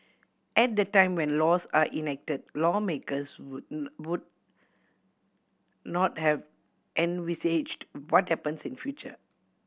at the time when laws are enacted lawmakers would not have envisaged what happens in future